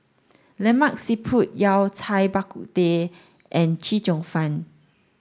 Lemak Siput Yao Cai Bak Kut Teh and Chee Cheong Fun